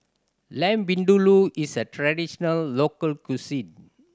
Lamb Vindaloo is a traditional local cuisine